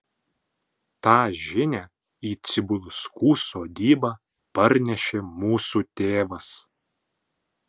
tą žinią į cibulskų sodybą parnešė mūsų tėvas